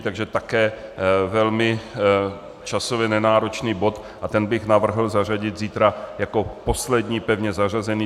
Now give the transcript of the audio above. Takže také velmi časově nenáročný bod a ten bych navrhl zařadit zítra jako poslední pevně zařazený.